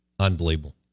Unbelievable